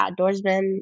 outdoorsman